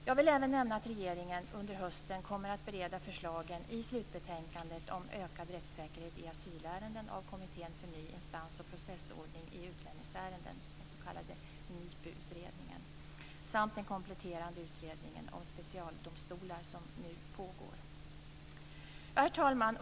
Jag vill även nämna att regeringen under hösten kommer att bereda förslagen i slutbetänkandet om ökad rättssäkerhet i asylärenden av Kommittén för ny instans och processordning i utlänningsärenden, den s.k. NIPU-utredningen, samt den kompletterande utredningen om specialdomstolar som nu pågår. Herr talman!